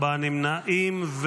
שלושה נמנעים,